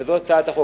וזאת הצעת החוק.